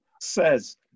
says